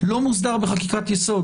לא מוסדר בחקיקת יסוד.